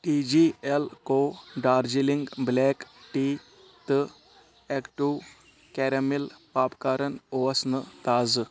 E جی اٮ۪ل کو دارجِلِنٛگ بلیک ٹی تہٕ ایٚکٹوٗ کیرٮ۪مٮ۪ل پاپکارن اوس نہٕ تازٕ